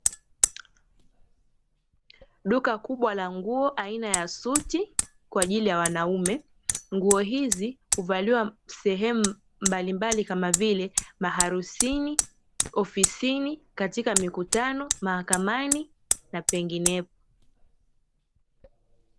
Duka kubwa la nguo aina ya suti kwa ajili ya wanaume, nguo hizi huvaliwa sehemu mbalimbali kama vile maharusini, ofisini, katika mikutano, mahakamani na penginepo.